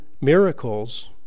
miracles